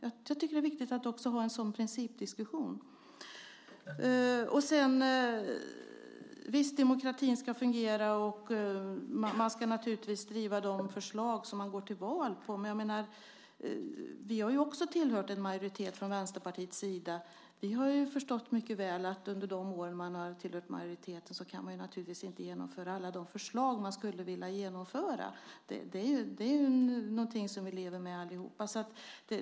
Jag tycker att det är viktigt att ha en sådan principdiskussion. Visst ska demokratin fungera, och man ska naturligtvis driva de frågor som man går till val på. Men vi har också tillhört en majoritet från Vänsterpartiets sida. Vi har förstått mycket väl under de år vi har tillhört majoriteten att man inte kan genomföra alla de förslag som man skulle vilja genomföra. Det är någonting som vi lever med allihop.